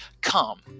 come